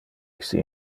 iste